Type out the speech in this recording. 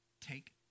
Take